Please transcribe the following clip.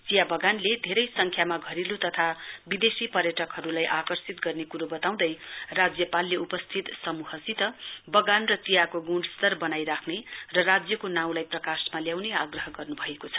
चिया वगानले धेरै संख्यामा घरेलु तथा विदेशी पर्यटकहरुलाई आकर्षित गर्ने क्रो वताउँदै राज्यपालले उपस्थित समूहसित वगान र चियाको गुणस्तर वनाइ राख्ने र राज्यको नाउँलाई प्रकाशमा ल्याउने आग्रह गर्न्भएको छ